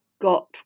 got